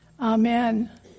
Amen